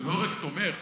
לא רק תומך,